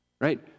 Right